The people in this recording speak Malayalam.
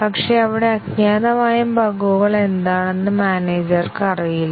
പക്ഷേ അവിടെ അജ്ഞാതമായ ബഗുകൾ എന്താണെന്ന് മാനേജർക്ക് അറിയില്ല